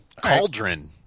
Cauldron